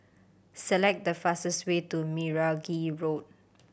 select the fastest way to Meragi Road